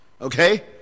Okay